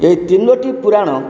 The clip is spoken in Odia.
ଏଇ ତିନୋଟି ପୁରାଣ